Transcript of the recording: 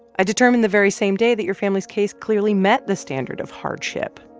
i determined the very same day that your family's case clearly met the standard of hardship,